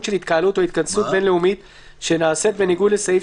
של התקהלות או התכנסות בין-לאומית שנעשית בניגוד לסעיף